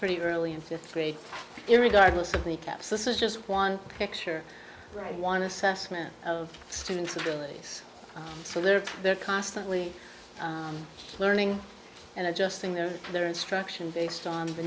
pretty early in fifth grade irregardless of the caps this is just one picture right one assessment of students abilities so they're they're constantly learning and adjusting their their instruction based on